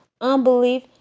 unbelief